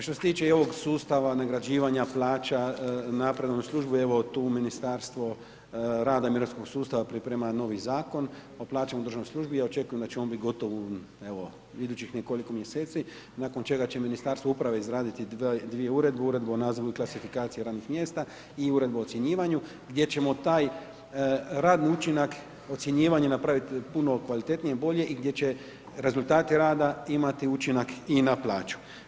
Što se tiče i ovog sustava nagrađivanja plaća, napredovanja u službi evo tu Ministarstvo rada i mirovinskog sustava priprema novi Zakon o plaćama u državnoj službi i ja očekujem da će on biti gotov u evo idućih nekoliko mjeseci, nakon čega će Ministarstvo uprave izraditi dvije uredbe, Uredbu o nazivu i klasifikaciji radnih mjesta i Uredbu o ocjenjivanju, gdje ćemo taj radni učinak, ocjenjivanje napraviti puno kvalitetnije, bolje i gdje će rezultate imati učinak i na plaću.